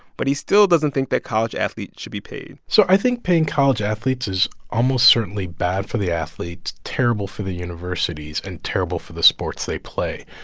but he still doesn't think that college athletes should be paid so i think paying college athletes is almost certainly bad for the athletes, terrible for the universities and terrible for the sports they play.